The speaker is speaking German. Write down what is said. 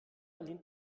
lehnte